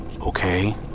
Okay